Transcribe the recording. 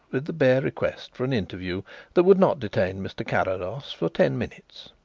with the bare request for an interview that would not detain mr. carrados for ten minutes.